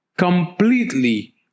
Completely